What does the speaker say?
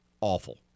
awful